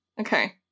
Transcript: Okay